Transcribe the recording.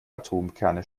atomkerne